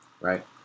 right